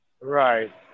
right